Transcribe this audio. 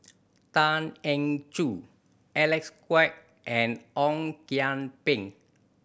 Tan Eng Joo Alec Kuok and Ong Kian Peng